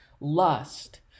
lust